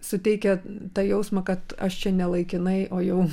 suteikia tą jausmą kad aš čia ne laikinai o jau